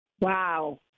Wow